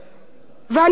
ואני יודעת